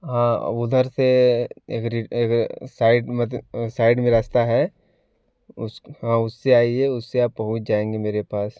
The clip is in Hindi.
हाँ उधर से साइड में रास्ता है उस हाँ उससे आइए उससे आप पहुँच जाएँगे मेरे पास